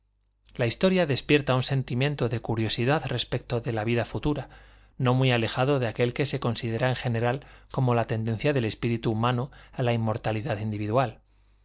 la historia despierta un sentimiento de curiosidad respecto de la vida futura no muy alejado de aquel que se considera en general como la tendencia del espíritu humano a la inmortalidad individual